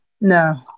No